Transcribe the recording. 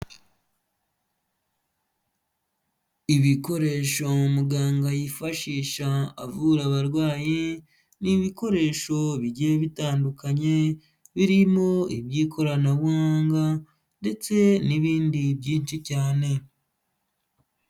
Ibikoresho muganga yifashisha avura abarwayi, ni ibikoresho bigiye bitandukanye, birimo iby'ikoranabuhanga ndetse n'ibindi byinshi cyane.